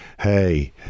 hey